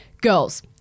Girls